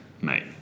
mate